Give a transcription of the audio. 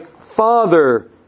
Father